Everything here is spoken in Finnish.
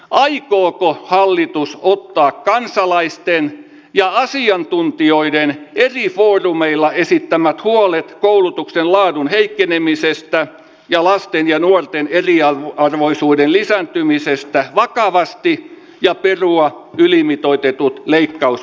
ai niin hallitus muuttaa kansalaisten ja asiantuntijoiden foorumeilla esittämä huoli koulutuksen laadun heikkenemisestä ja lasten ja nuorten media arvoisuuden lisääntymisestä vakavasti jukka gustafsson luki välikysymystekstin